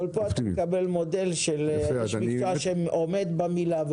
אבל פה אתה מקבל מודל של איש מקצוע שעומד במילה,